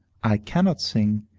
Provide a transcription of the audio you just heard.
i cannot sing,